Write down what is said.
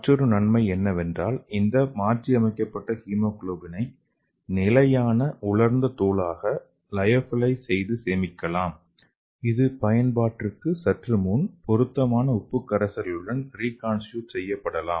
மற்றொரு நன்மை என்னவென்றால் இந்த மாற்றியமைக்கப்பட்ட ஹீமோகுளோபினை நிலையான உலர்ந்த தூளாக லியோபிலிஸ் செய்து சேமிக்கலாம் இது பயன்பாட்டிற்கு சற்று முன் பொருத்தமான உப்பு கரைசலுடன் ரீகான்ஸ்டிடியூட் செய்யப்படலாம்